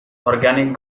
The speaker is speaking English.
organic